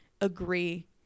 agree